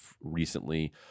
recently